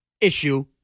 issue